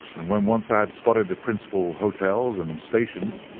and when once i had spotted the principal hotels and stations,